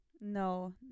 No